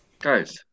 Guys